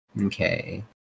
Okay